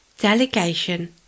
Delegation